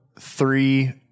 Three